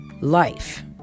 life